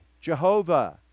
Jehovah